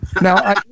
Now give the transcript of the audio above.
Now